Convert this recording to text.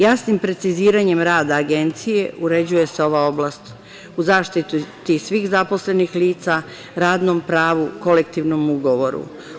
Jasnim preciziranjem rada agencije uređuje se ova oblast, u zaštiti svih zaposlenih lica, radnom pravu, kolektivnom ugovoru.